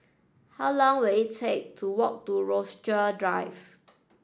how long will it take to walk to Rochester Drive